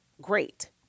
great